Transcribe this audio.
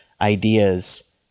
ideas